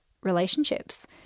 relationships